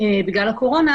בגלל הקורונה